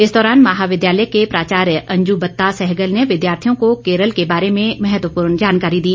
इस दौरान महाविद्यालय के प्राचार्य अंजु बत्ता सहगल ने विद्यार्थियों को केरल के बारे में महत्वपूर्ण जानकारी दी